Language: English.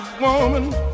Woman